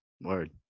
Word